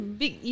big